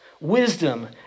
Wisdom